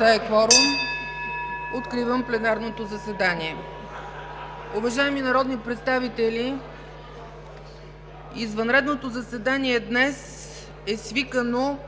(Звъни.) Откривам пленарното заседание. Уважаеми народни представители, извънредното заседание днес е свикано